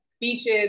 beaches